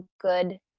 good